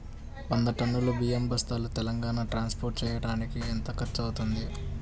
వంద టన్నులు బియ్యం బస్తాలు తెలంగాణ ట్రాస్పోర్ట్ చేయటానికి కి ఎంత ఖర్చు అవుతుంది?